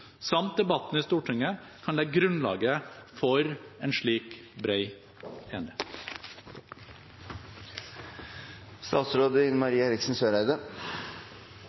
samt debatten i Stortinget kan legge grunnlaget for en slik